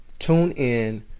TuneIn